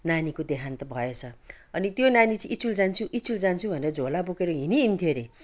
नानीको देहान्त भएछ अनि त्यो नानी चाहिँ इचुल जान्छु इचुल जान्छु भनेर झोला बोकेर हिडिहिन्थ्यो अरे